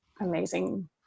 amazing